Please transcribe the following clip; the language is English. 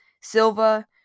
Silva